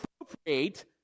appropriate